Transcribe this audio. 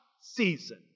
season